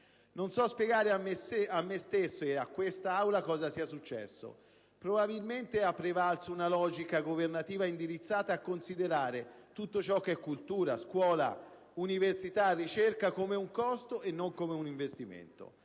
Non so spiegare a me stesso e a quest'Aula cosa sia successo. Probabilmente ha prevalso una logica governativa indirizzata a considerare tutto ciò che è cultura, scuola, università, ricerca come un costo e non come un investimento.